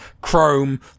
chrome